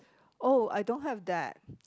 oh I don't have that